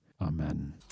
Amen